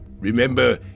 Remember